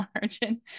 margin